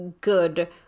good